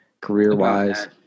career-wise